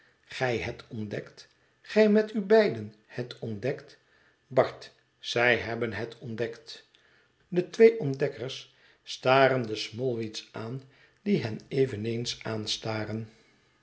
gij het ontdekt gij met u beiden het ontdekt bart zij hebben het ontdekt de twee ontdekkers staren de smallweed's aan die hen eveneens aanstaren